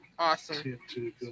Awesome